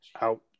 out